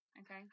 okay